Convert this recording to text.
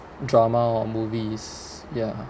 drama or movies ya